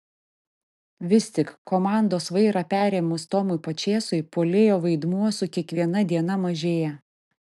vis tik komandos vairą perėmus tomui pačėsui puolėjo vaidmuo su kiekviena diena mažėjo